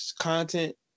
content